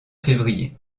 février